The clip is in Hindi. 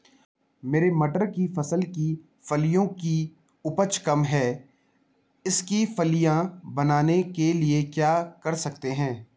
मेरी मटर की फसल की फलियों की उपज कम है इसके फलियां बनने के लिए क्या कर सकते हैं?